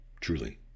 truly